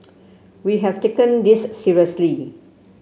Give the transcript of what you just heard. we have taken this seriously